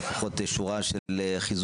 בנו שם באמצע לפחות שורה של חיזוק,